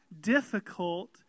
difficult